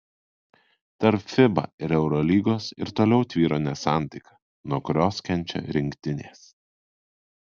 tarp fiba ir eurolygos ir toliau tvyro nesantaika nuo kurios kenčia rinktinės